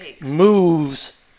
moves